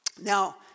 Now